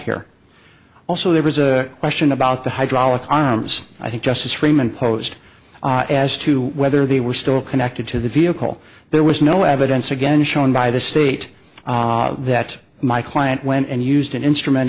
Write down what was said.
here also there was a question about the hydraulic arms i think justice freiman post as to whether they were still connected to the vehicle there was no evidence again shown by the state that my client went and used an instrument